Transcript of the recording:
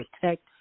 protect